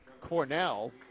Cornell